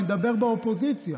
אני מדבר על האופוזיציה.